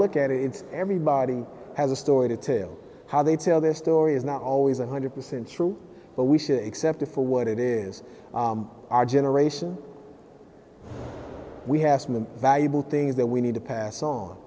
look at it it's everybody has a story to tell how they tell their story is not always one hundred percent true but we should accept a for what it is our generation we have valuable things that we need to pass on